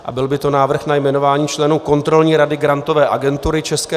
A byl by to Návrh na jmenování členů Kontrolní rady Grantové agentury ČR.